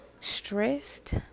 stressed